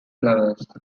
flowers